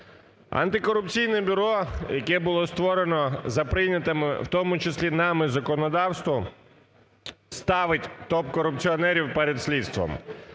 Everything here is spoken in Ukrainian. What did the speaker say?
Антикорупційне бюро, яке було створено за прийнятим, в тому числі нами, законодавством, ставить топ-корупціонерів перед слідством.